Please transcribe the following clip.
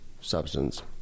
substance